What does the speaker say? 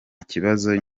kibazo